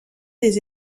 des